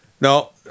No